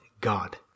God